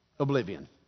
Oblivion